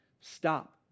stop